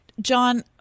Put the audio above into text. John